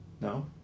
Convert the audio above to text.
No